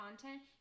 content